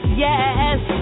yes